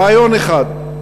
רעיון אחד,